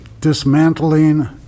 dismantling